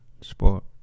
sport